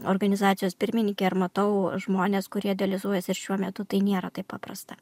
organizacijos pirmininkė ir matau žmones kurie dializuojasi ir šiuo metu tai nėra taip paprasta